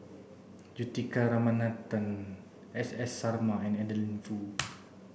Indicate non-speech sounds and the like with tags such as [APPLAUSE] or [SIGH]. Juthika Ramanathan S S Sarma and Adeline Foo [NOISE]